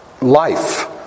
Life